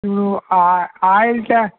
ఇప్పుడు ఆ ఆయిల్ ట్యా